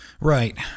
right